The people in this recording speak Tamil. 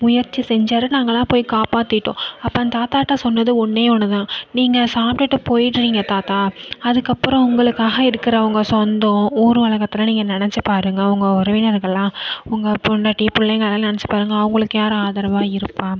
முயற்சி செஞ்சுயாது நாங்களெல்லாம் போய் காப்பாற்றிட்டோம் அப்போ அந்த தாத்தாகிட்ட சொன்னது ஒன்றே ஒன்று தான் நீங்கள் சாப்பிட்டுட்டு போயிடுறிங்க தாத்தா அதுக்கப்புறம் உங்களுக்காக இருக்கிறவங்க சொந்தம் ஊர் உலகத்துலாம் நீங்கள் நினச்சி பாருங்கள் உங்கள் உறவினர்கள்லாம் உங்கள் பொண்டாட்டி பிள்ளைங்க எல்லாம் நினச்சி பாருங்கள் அவங்களுக்கு யார் ஆதரவாக இருப்பார்